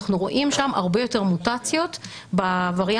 אנחנו רואים שם הרבה יותר מוטציות בווריאנטים